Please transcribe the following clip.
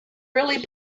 really